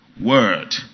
Word